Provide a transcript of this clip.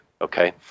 okay